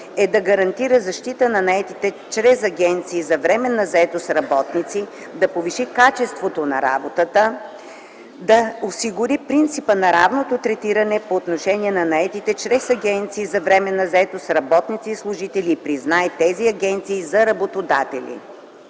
е да гарантира защита на наетите чрез агенции за временна заетост работници, да повиши качеството на работата, като осигури принципа на равното третиране по отношение на наетите чрез агенции за временна заетост работници и служители и признае тези агенции за работодатели.